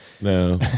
No